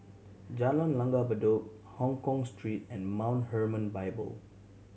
Jalan Langgar Bedok Hongkong Street and Mount Hermon Bible